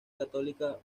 católica